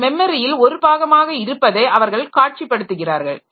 இந்த மெமரியில் ஒரு பாகமாக இருப்பதை அவர்கள் காட்சிப் படுத்துகிறார்கள்